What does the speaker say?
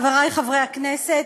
חברי חברי הכנסת,